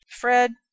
Fred